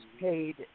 paid